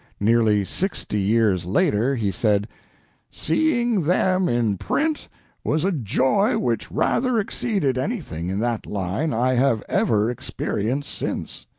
nearly sixty years later he said seeing them in print was a joy which rather exceeded anything in that line i have ever experienced since.